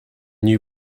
new